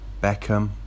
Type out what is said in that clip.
Beckham